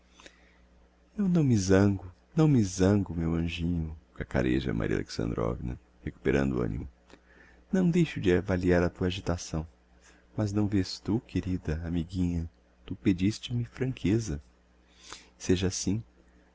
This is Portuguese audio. eu não me zango não me zango meu anjinho cacarêja maria alexandrovna recuperando animo não deixo de avaliar a tua agitação mas não vês tu querida amiguinha tu pediste me franqueza seja assim